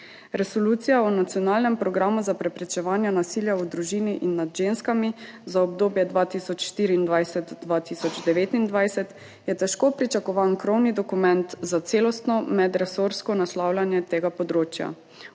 Resolucija o nacionalnem programu preprečevanja nasilja v družini in nad ženskami za obdobje 2024–2029 je težko pričakovan krovni dokument za celostno medresorsko naslavljanje tega področja.